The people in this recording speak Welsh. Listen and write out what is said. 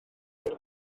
wyrdd